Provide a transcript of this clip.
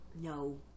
No